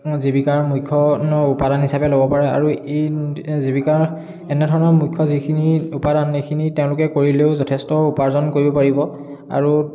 জীৱিকাৰ মুখ্য উপাদান হিচাপে ল'ব পাৰে আৰু জীৱিকাৰ এনেধৰণৰ মুখ্য যিখিনি উপাদান সেইখিনি তেওঁলোকে কৰিলেও যথেষ্ট উপাৰ্জন কৰিব পাৰিব আৰু